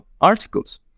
articles